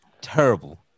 Terrible